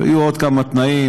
ויהיו עוד כמה תנאים.